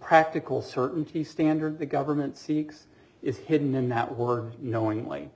practical certainty standard the government seeks is hidden in that words knowingly